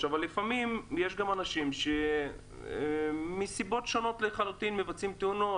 לפעמים יש אנשים שמסיבות שונות ומשונות מבצעים תאונות.